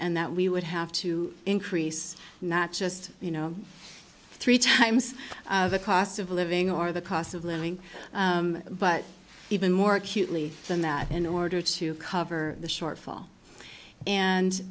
and that we would have to increase not just you know three times the cost of living or the cost of living but even more acutely than that in order to cover the shortfall and